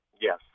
Yes